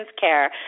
care